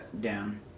down